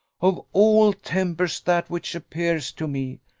of all tempers that which appears to me,